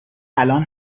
الان